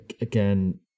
again